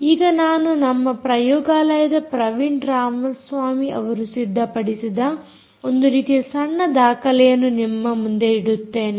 ಈಗ ನಾನು ನಮ್ಮ ಪ್ರಯೋಗಾಲಯದ ಪ್ರವೀಣ್ ರಾಮಸ್ವಾಮಿ ಅವರು ಸಿದ್ಧಪಡಿಸಿದ ಒಂದು ರೀತಿಯ ಸಣ್ಣ ದಾಖಲೆಯನ್ನು ನಿಮ್ಮ ಮುಂದಿಡುತ್ತೇನೆ